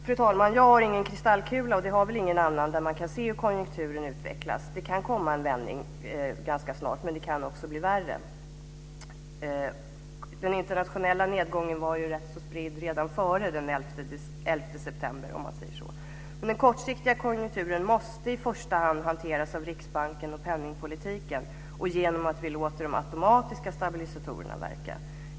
Fru talman! Jag har ingen kristallkula, och det har väl ingen annan, där man se hur konjunkturen utvecklas. Det kan komma en vändning ganska snart, men det kan också bli värre. Den internationella nedgången var ju rätt så spridd redan före den 11 september. Den kortsiktiga konjunkturen måste i första hand hanteras av Riksbanken och penningpolitiken och genom att vi låter de automatiska stabilisatorerna verka.